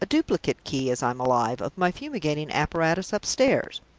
a duplicate key, as i'm alive, of my fumigating apparatus upstairs!